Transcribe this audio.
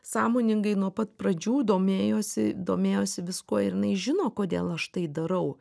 sąmoningai nuo pat pradžių domėjosi domėjosi viskuo ir jinai žino kodėl aš tai darau